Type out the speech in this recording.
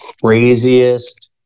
craziest